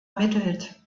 ermittelt